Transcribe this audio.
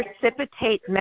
precipitate